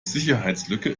sicherheitslücke